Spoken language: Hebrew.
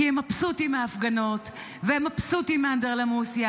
כי הם מבסוטים מההפגנות ומבסוטים מהאנדרלמוסיה,